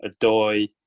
Adoy